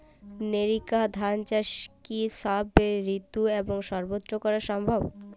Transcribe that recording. NERICA ধান চাষ কি সব ঋতু এবং সবত্র করা সম্ভব?